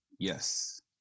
Yes